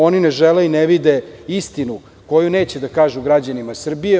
Oni ne žele i ne vide istinu koju neće da kažu građanima Srbije.